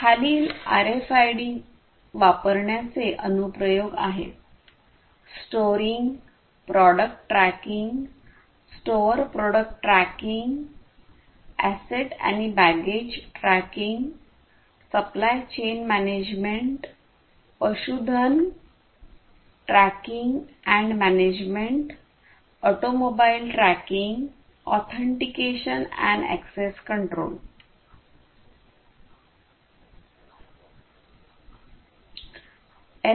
खालील आरएफआयडी वापरण्याचे अनु प्रयोग आहेत storing product tracking store product tracking asset आणि baggage tracking supply chain management पशुधन tracking and management auto mobile tracking authentication and access control mobile tracking authentication and access control